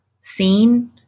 seen